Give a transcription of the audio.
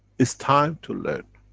it's time to learn.